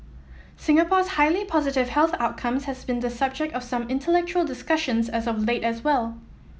Singapore's highly positive health outcomes has been the subject of some intellectual discussions as of late as well